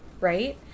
right